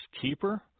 keeper